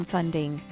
Funding